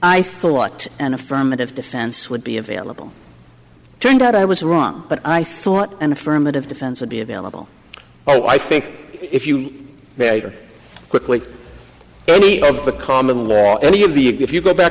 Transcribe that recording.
i thought an affirmative defense would be available turned out i was wrong but i thought an affirmative defense would be available oh i think if you better quickly any of the common law you'd be if you go back